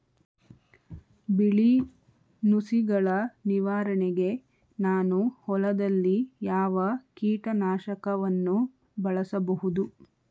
ಬಿಳಿ ನುಸಿಗಳ ನಿವಾರಣೆಗೆ ನಾನು ಹೊಲದಲ್ಲಿ ಯಾವ ಕೀಟ ನಾಶಕವನ್ನು ಬಳಸಬಹುದು?